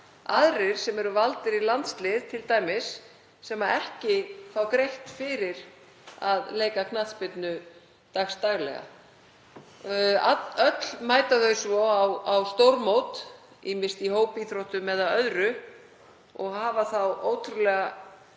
aðrir sem eru t.d. valdir í landslið og fá ekki greitt fyrir að leika knattspyrnu dagsdaglega. Öll mæta þau svo á stórmót, ýmist í hópíþróttum eða öðru, og hafa þá ótrúlega